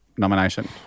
nomination